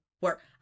work